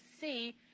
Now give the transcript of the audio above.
see